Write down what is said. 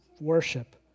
worship